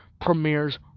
premieres